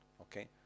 Okay